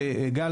גל,